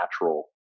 natural